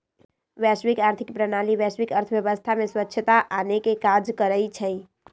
वैश्विक आर्थिक प्रणाली वैश्विक अर्थव्यवस्था में स्वछता आनेके काज करइ छइ